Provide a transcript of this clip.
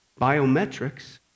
Biometrics